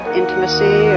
intimacy